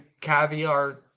caviar